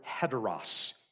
heteros